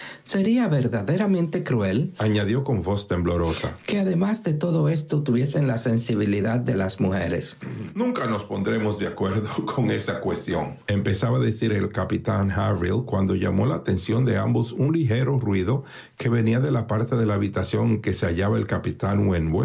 sería verdaderamente cruelañadió con voz temblorosaque además de todo esto tuviesen la sensibilidad de las mujeres nunca nos pondremos de acuerdo en esa cuestiónempezaba a decir el capitán harville cuando llamó la atención de ambos un ligero ruido que venía de la parte de la habitación en que se hallaba el capitán